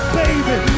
baby